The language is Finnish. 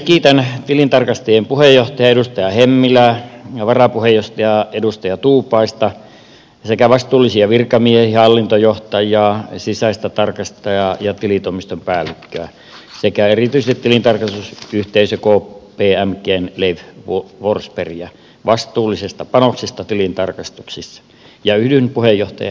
kiitän tilintarkastajien puheenjohtajaa edustaja hemmilää ja varapuheenjohtajaa edustaja tuupaista sekä vastuullisia virkamiehiä hallintojohtajaa sisäistä tarkastajaa ja tilitoimiston päällikköä sekä erityisesti tilintarkastusyhteisö kpmgn leif forsbergia vastuullisesta panoksesta tilintarkastuksissa ja yhdyn puheenjohtajan esittämään arvioon